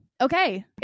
Okay